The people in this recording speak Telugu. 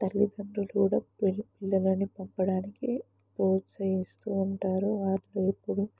తల్లిదండ్రులు కూడా పిల్ పిల్లలని పంపడానికి ప్రోత్సహిస్తు ఉంటారు వాళ్ళు ఎప్పుడు